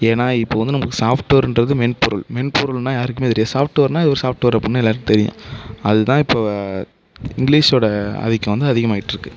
ஏன்னால் இப்போது வந்து நமக்கு சாஃப்ட்வேர்ங்றது மென்பொருள் மென்பொருள்னால் யாருக்குமே தெரியாது சாஃப்ட்வேர்னால் இது ஒரு சாஃப்ட்வேர் அப்படினு எல்லாேருக்கும் தெரியும் அது தான் இப்போ இங்கிலீஷ்சோடய ஆதிக்கம் வந்து அதிகமாகிட்டு இருக்குது